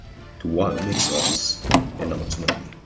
to what makes us and ultimately,